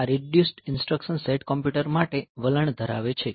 આ reduced instruction set computer માટે વલણ ધરાવે છે